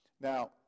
Now